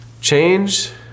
Change